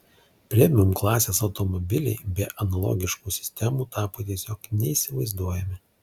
premium klasės automobiliai be analogiškų sistemų tapo tiesiog neįsivaizduojami